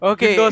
Okay